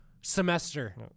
semester